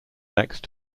next